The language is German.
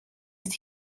ist